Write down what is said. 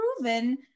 proven